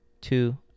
Two